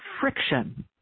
friction